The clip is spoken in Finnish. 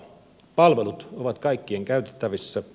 palvelut ovat kaikkien käytettävissä